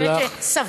אני חושבת שסבי,